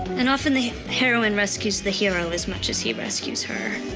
and often the heroine rescues the hero as much as he rescues her.